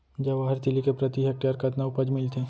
जवाहर तिलि के प्रति हेक्टेयर कतना उपज मिलथे?